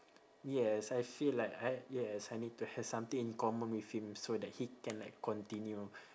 yes I feel like I yes I need to have something in common with him so that he can like continue